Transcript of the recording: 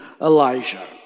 Elijah